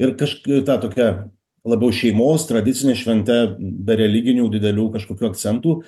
ir kažk ta tokia labiau šeimos tradicine švente be religinių didelių kažkokių akcentų